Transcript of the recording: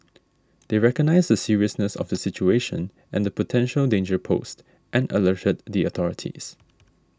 they recognised the seriousness of the situation and the potential danger posed and alerted the authorities